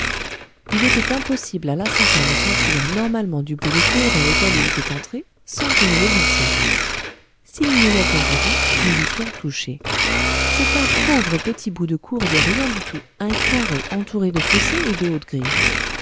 il était impossible à l'assassin de s'enfuir normalement du bout de la cour dans lequel il était entré sans que nous le vissions si nous ne l'avions pas vu nous l'eussions touché c'est un pauvre petit bout de cour de rien du tout un carré entouré de fossés et de hautes grilles